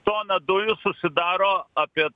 tona dujų susidaro apie